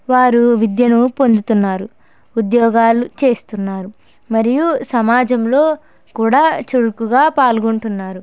వారు విద్యను పొందుతున్నారు ఉద్యోగాలు చేస్తున్నారు మరియు సమాజంలో కూడా చురుకుగా పాల్గొంటున్నారు